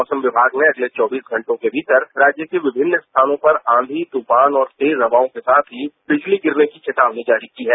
मौसम विमाग ने अगले चौबीस घंटों के भीतर राज्य के विमिन्न स्थानों पर अंबी तूफान और तेज हवाओं के साथ ही बिजली गिरने की चेतावनी जारी की है